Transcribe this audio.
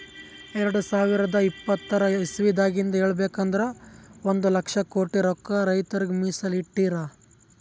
ಎರಡ ಸಾವಿರದ್ ಇಪ್ಪತರ್ ಇಸವಿದಾಗಿಂದ್ ಹೇಳ್ಬೇಕ್ ಅಂದ್ರ ಒಂದ್ ಲಕ್ಷ ಕೋಟಿ ರೊಕ್ಕಾ ರೈತರಿಗ್ ಮೀಸಲ್ ಇಟ್ಟಿರ್